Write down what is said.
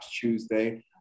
Tuesday